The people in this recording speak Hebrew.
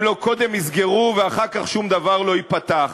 לא קודם יסגרו ואחר כך שום דבר לא ייפתח,